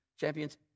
champions